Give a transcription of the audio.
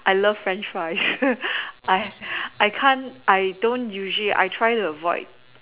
I love French fries I I can't I don't usually I try to avoid